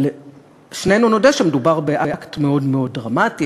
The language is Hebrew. אבל שנינו נודה שמדובר באקט מאוד מאוד דרמטי,